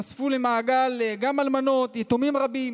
ונוספו למעגל גם אלמנות ויתומים רבים